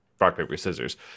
rock-paper-scissors